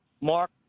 Mark